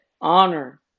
honor